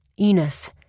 Enos